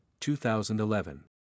2011